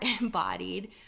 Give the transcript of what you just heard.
embodied